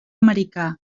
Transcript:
americà